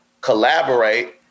collaborate